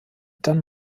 dann